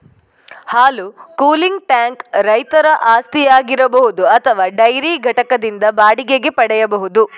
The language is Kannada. ಹಾಲು ಕೂಲಿಂಗ್ ಟ್ಯಾಂಕ್ ರೈತರ ಆಸ್ತಿಯಾಗಿರಬಹುದು ಅಥವಾ ಡೈರಿ ಘಟಕದಿಂದ ಬಾಡಿಗೆಗೆ ಪಡೆಯಬಹುದು